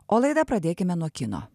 o laidą pradėkime nuo kino